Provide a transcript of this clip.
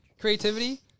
Creativity